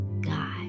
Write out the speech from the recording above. God